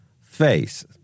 face